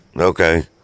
Okay